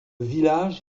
village